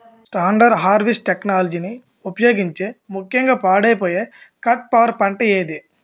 Standard harvest టెక్నాలజీని ఉపయోగించే ముక్యంగా పాడైపోయే కట్ ఫ్లవర్ పంట ఏది?